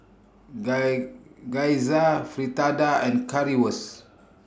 Guy Gyoza Fritada and Currywurst